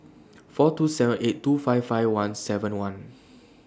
four two seven eight two five five one seven one